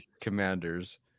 Commanders